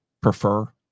prefer